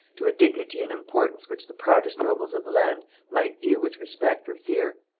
to a dignity and importance which the proudest nobles of the land might view with respect or fear.